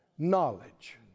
knowledge